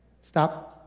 stop